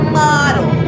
model